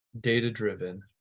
Data-driven